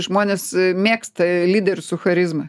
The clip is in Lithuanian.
žmonės mėgsta lyderį su charizma